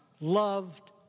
loved